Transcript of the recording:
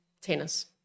tennis